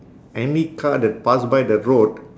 any car that pass by the road